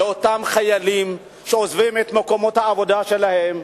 לאותם חיילים שעוזבים את מקומות העבודה שלהם,